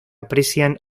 aprecian